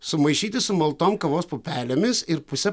sumaišyti su maltom kavos pupelėmis ir puse